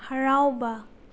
ꯍꯥꯔꯥꯎꯕ